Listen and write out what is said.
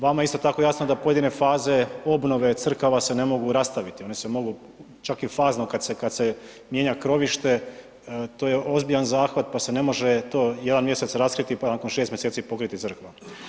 Vama je isto tako jasno da pojedine faze obnove crkava se ne mogu rastaviti, one se mogu čak i fazno kada se mijenja krovište to je ozbiljan zahvat pa se ne može jedan mjesec raskriti pa nakon 6 mjeseci pokriti crkva.